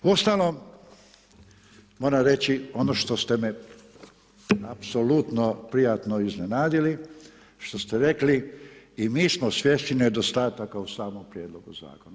Uostalom, moram reći, ono što ste me apsolutno prijatno iznenadili, što ste rekli, i mi smo svjesni nedostataka u samom prijedlogu zakona.